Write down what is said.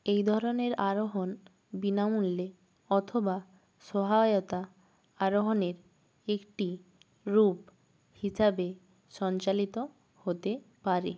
এই ধরনের আরোহণ বিনামূল্যে অথবা সহায়তা আরোহণের একটি রূপ হিসাবে সঞ্চালিত হতে পারে